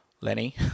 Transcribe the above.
Lenny